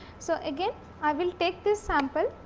so, again i will take this sample